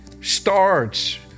starts